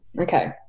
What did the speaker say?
Okay